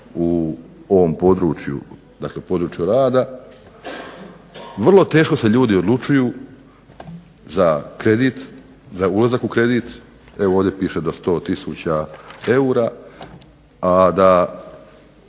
u ovom području, dakle području rada, vrlo teško se ljudi odlučuju za kredit, za ulazak u kredit. Evo, ovdje piše do 100 tisuća eura, a da